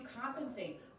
compensate